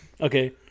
Okay